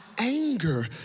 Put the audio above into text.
anger